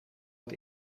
het